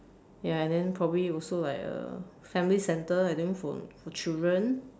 ya and then probably also like uh family centre I think for for children